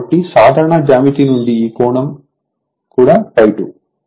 కాబట్టి సాధారణ జ్యామితి నుండి ఈ కోణం కూడా ∅2